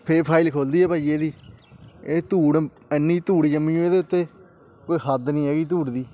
ਫਿਰ ਫਾਈਲ ਖੁੱਲਦੀ ਹੈ ਭਾਅ ਜੀ ਇਹਦੀ ਇਹ ਧੂੜ ਇੰਨੀ ਧੂੜ ਜੰਮੀ ਹੋਈ ਇਹਦੇ ਉੱਤੇ ਕੋਈ ਹੱਦ ਨਹੀਂ ਹੈਗੀ ਧੂੜ ਦੀ